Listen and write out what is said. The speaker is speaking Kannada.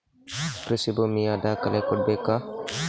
ಕೃಷಿ ಭೂಮಿಯ ದಾಖಲೆ ಕೊಡ್ಬೇಕಾ?